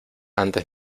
antes